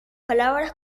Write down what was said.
palabras